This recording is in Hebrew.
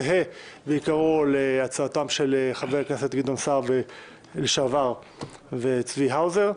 זהה בעיקרו להצעתם של חבר הכנסת לשעבר גדעון סער וחבר הכנסת צבי האוזר.